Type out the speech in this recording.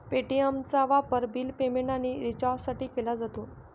पे.टी.एमचा वापर bill payment आणि रिचार्जसाठी केला जातो